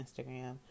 Instagram